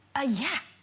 ah yeah